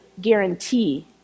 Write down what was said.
guarantee